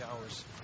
hours